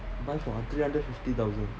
buy for three hundred fifty thousand